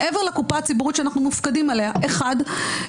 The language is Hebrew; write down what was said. מעבר לקופה הציבורית שאנחנו מופקדים עליה: האחד,